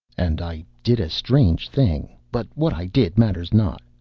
and i did a strange thing, but what i did matters not,